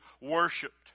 worshipped